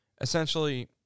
essentially